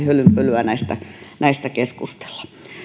hölynpölyä näistä näistä keskustella